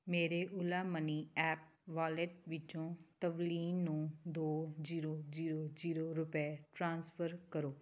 ਮੇਰੇ Ola money app wallet ਵਿੱਚੋਂ ਤਵਲੀਨ ਨੂੰ ਦੋ ਜੀਰੋ ਜੀਰੋ ਜੀਰੋ ਰੁਪਏ ਟ੍ਰਾਂਸਫਰ ਕਰੋ